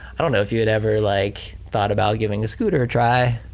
i don't know if you had ever like thought about giving a scooter a try,